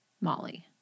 Molly